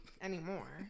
anymore